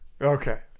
Okay